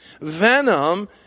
Venom